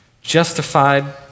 justified